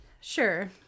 Sure